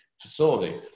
facility